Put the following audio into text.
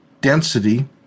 Density